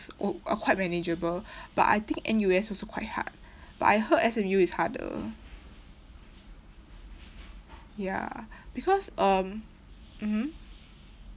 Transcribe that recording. w~ are quite manageable but I think N_U_S also quite hard but I heard S_M_U is harder ya because um mmhmm